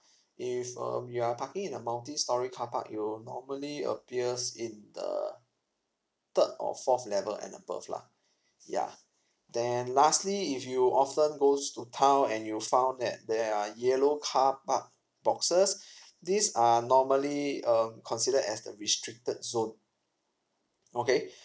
if um you're parking in the multistorey car park it'll normally appears in the third or fourth level and above lah ya then lastly if you often goes to town and you found that there are yellow car park boxes these are normally um considered as the restricted zone okay